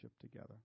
together